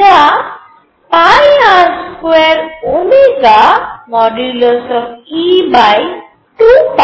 যা R2e2π